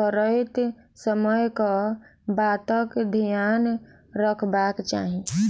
करैत समय कऽ बातक ध्यान रखबाक चाहि?